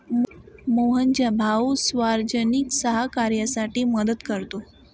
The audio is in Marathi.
मोहनचा भाऊ सार्वजनिक सहकार्यासाठी मदत करतो